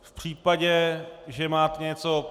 V případě, že máte něco...